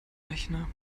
rechner